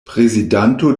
prezidanto